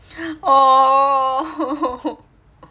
oh